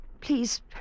Please